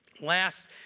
Last